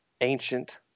ancient